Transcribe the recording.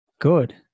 Good